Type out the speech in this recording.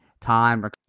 Time